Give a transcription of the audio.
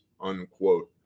unquote